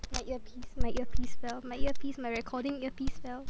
my earpiece my earpiece fell my earpiece my recording earpiece fell